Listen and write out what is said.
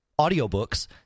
audiobooks